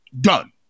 Done